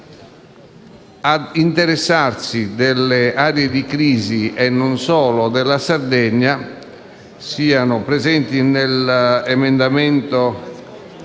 a interessarsi delle aree di crisi e non solo della Sardegna sia presente nell'ordine